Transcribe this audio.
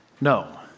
no